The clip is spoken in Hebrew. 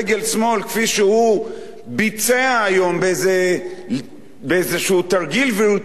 כפי שהוא ביצע היום באיזה תרגיל וירטואוזי,